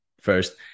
first